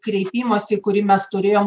kreipimąsi kurį mes turėjom